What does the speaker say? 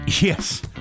Yes